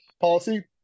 policy